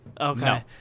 Okay